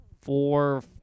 four